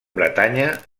bretanya